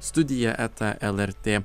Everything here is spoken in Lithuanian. studija eta lrt